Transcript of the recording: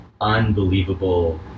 unbelievable